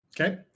Okay